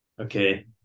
Okay